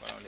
Hvala